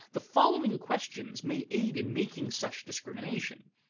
the following questions may aid in making such discrimination.